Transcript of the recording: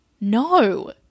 no